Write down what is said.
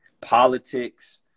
politics